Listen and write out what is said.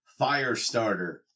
Firestarter